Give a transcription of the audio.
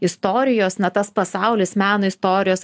istorijos na tas pasaulis meno istorijos